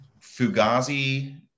Fugazi